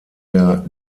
der